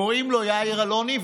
קוראים לו יאיר אלוני,